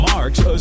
Mark's